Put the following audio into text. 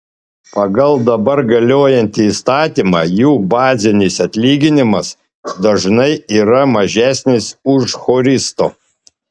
pagal dabar galiojantį įstatymą jų bazinis atlyginimas dažnai yra mažesnis už choristo